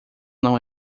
não